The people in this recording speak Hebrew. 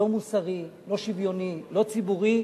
לא מוסרי, לא שוויוני, לא ציבורי,